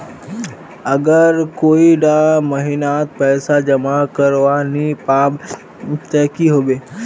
अगर कोई डा महीनात पैसा जमा करवा नी पाम ते की होबे?